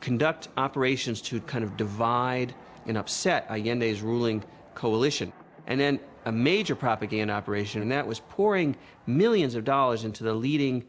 conduct operations to kind of divide and upset again days ruling coalition and then a major propaganda operation that was pouring millions of dollars into the leading